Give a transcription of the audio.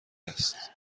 است